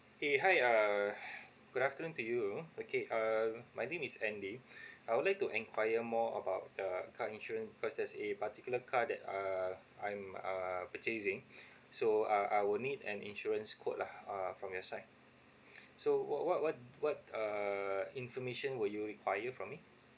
K hi uh good afternoon to you okay um my name is andy I would like to enquire more about the car insurance because there's a particular car that uh I'm uh purchasing so uh I would need an insurance quote lah uh from your side so what what what what uh information would you require from me